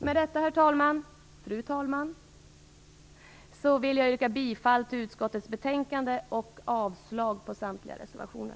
Med detta fru talman, vill jag yrka bifall till hemställan i utskottets betänkande och avslag på samtliga reservationer.